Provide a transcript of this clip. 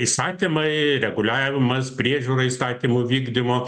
įstatymai reguliavimas priežiūra įstatymų vykdymo